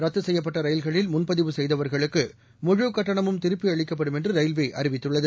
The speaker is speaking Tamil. ரத்து செய்யப்பட்ட ரயில்களில் முன்பதிவு செய்தவர்களுக்கு முழு கட்டணமும் திருப்பி அளிக்கப்படும் என்று ரயில்வே அறிவித்துள்ளது